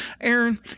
Aaron